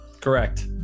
Correct